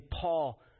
Paul